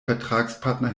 vertragspartner